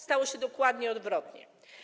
Stało się dokładnie odwrotnie.